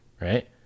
right